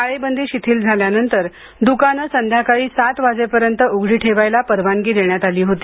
टाळेबंदी शिथिल झाल्यानंतर द्कानं संध्याकाळी सात वाजेपर्यंत उघडी ठेवायला परवानगी देण्यात आली होती